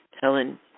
Helen